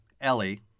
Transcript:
Ellie